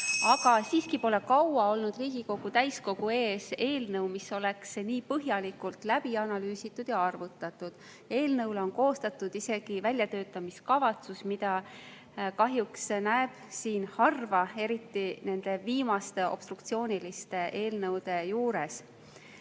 aga siiski pole kaua olnud Riigikogu täiskogu ees eelnõu, mis oleks nii põhjalikult läbi analüüsitud ja arvutatud. Eelnõu kohta on koostatud isegi väljatöötamiskavatsus, mida kahjuks näeb siin harva, eriti [kui mõelda just] nendele viimastele obstruktsioonilistele eelnõudele.